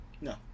No